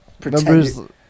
Pretend